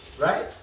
Right